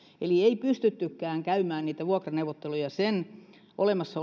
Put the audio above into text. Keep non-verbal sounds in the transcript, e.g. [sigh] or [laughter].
eli ei pystyttykään käymään niitä vuokraneuvotteluja sen paikkakunnan olemassa [unintelligible]